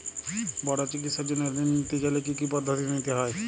বড় চিকিৎসার জন্য ঋণ নিতে চাইলে কী কী পদ্ধতি নিতে হয়?